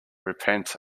repent